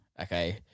Okay